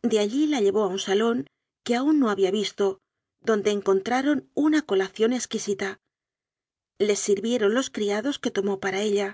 de allí la llevó a un salón que aún no había visto donde encontraron una colación exquisita les sir vieron lois criados que tomó para ella